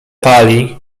pali